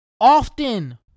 Often